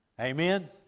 Amen